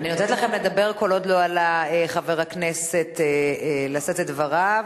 אני נותנת לכם לדבר כל עוד לא עלה חבר הכנסת לשאת את דבריו.